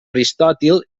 aristòtil